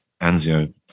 anzio